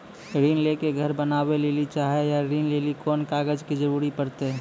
ऋण ले के घर बनावे लेली चाहे या ऋण लेली कोन कागज के जरूरी परतै?